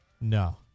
No